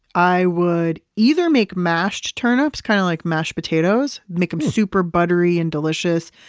i would either make mashed turnips, kind of like mashed potatoes. make them super buttery and delicious.